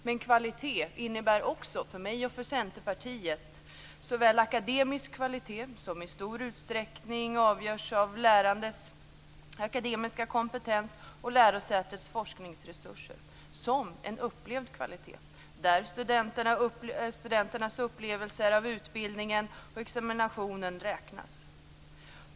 Men kvalitet innebär för mig och för Centerpartiet också akademisk kvalitet, som i stor utsträckning avgörs av akademisk kompetens och lärosätets forskningsresurser. Det gäller en upplevd kvalitet, där studenternas upplevelser av utbildningen och examinationen räknas.